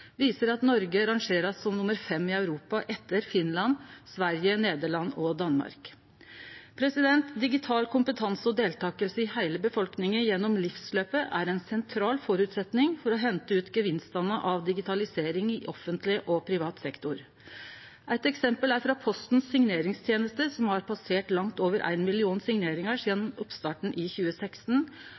viser at Noreg blir rangert som nummer fem i Europa etter Finland, Sverige, Nederland og Danmark. Digital kompetanse og deltaking i heile befolkninga gjennom livsløpet er ein sentral føresetnad for å hente ut gevinstane av digitalisering i offentleg og privat sektor. Eit eksempel er frå Postens signeringsteneste, som har passert langt over ein million signeringar sidan oppstarten i 2016.